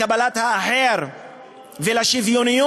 לקבלת האחר ולשוויוניות.